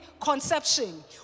conception